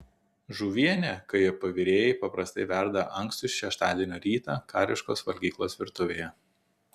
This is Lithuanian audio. žuvienę kjp virėjai paprastai verda ankstų šeštadienio rytą kariškos valgyklos virtuvėje